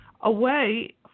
away